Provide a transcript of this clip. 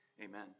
Amen